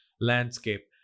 landscape